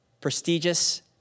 prestigious